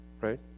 Right